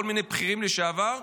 כל מיני בכירים לשעבר,